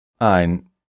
Ein